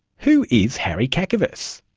who is harry kakavas?